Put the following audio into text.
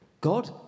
God